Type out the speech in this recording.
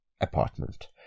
apartment